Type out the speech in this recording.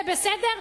זה בסדר?